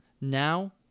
now